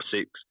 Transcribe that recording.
six